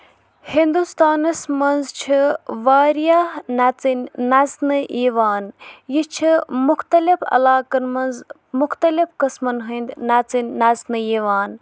ہِندوستانس منٛز چھِ واریاہ نَژنۍ نَژٕنہٕ یِوان یہِ چھِ مُختلِف علاقن منٛز مُختٔلِف قٕسمَن ہندۍ نَژٕنۍ نَژٕنہٕ یِوان